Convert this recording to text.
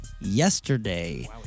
yesterday